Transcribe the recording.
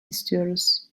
istiyoruz